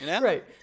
Right